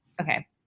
Okay